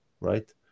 right